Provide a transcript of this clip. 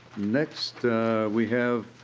next we have